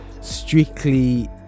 strictly